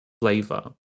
flavor